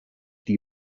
die